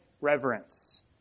reverence